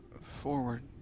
Forward